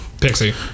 pixie